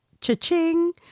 Cha-ching